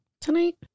tonight